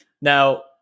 now